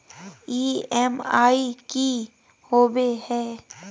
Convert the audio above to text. EMI की होवे है?